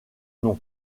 nom